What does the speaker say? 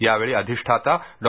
यावेळी अधिष्ठाता डॉ